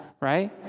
right